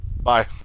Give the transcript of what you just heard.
Bye